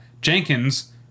Jenkins